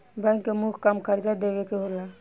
bank के मुख्य काम कर्जा देवे के होला